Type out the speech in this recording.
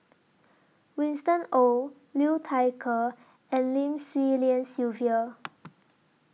Winston Oh Liu Thai Ker and Lim Swee Lian Sylvia